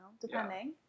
Depending